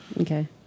Okay